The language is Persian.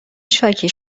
شاکی